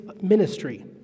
ministry